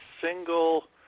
single